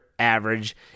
average